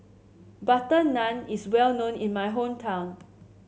butter naan is well known in my hometown